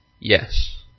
Yes